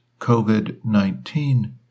COVID-19